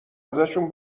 ازشون